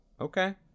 okay